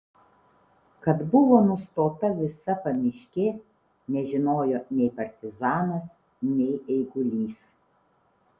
kad buvo nustota visa pamiškė nežinojo nei partizanas nei eigulys